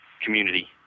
community